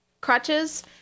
crutches